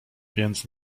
więc